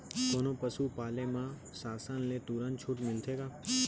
कोनो पसु पाले म शासन ले तुरंत छूट मिलथे का?